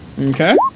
Okay